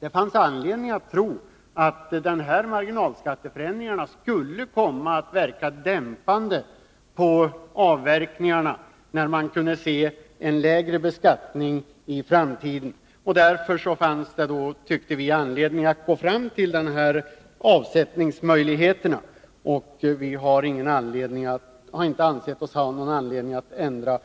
Det fanns anledning att tro att marginalskatteförändringarna skulle komma att verka dämpande på avverkningarna, eftersom man kunde förvänta en lägre beskattning i framtiden. Därför fanns det, tyckte vi, anledning att besluta om dessa avsättningsmöjligheter. Vi har inte ansett oss ha någon anledning att ändra